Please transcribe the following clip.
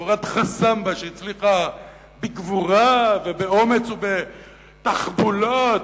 חבורת חסמב"ה שהצליחה בגבורה ובאומץ ותחבולות